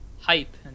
hype